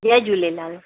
Jay Jhulelal